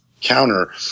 counter